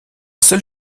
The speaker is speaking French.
seul